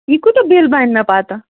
یہِ کوٗتاہ بِل بَنہِ مےٚ پَتہٕ